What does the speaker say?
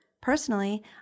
Personally